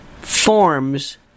forms